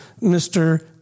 Mr